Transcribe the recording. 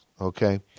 okay